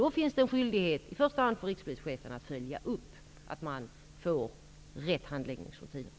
Då finns det en skyldighet i första hand för rikspolischefen att följa upp att man får rätt handläggningsrutiner.